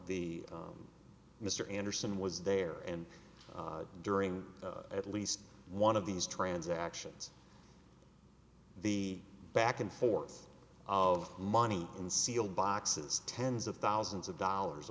the mr anderson was there and during at least one of these transactions the back and forth of money in sealed boxes tens of thousands of dollars